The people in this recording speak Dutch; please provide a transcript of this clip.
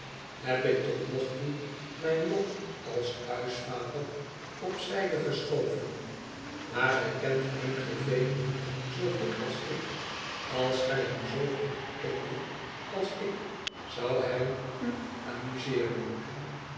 heb ik tot nog toe mijn lot als huisvader op zijde geschoven maar gij kent m g v niet zoo goed als ik als gij heni zoo goed kendet als ik zou hij u amuseeren